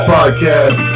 Podcast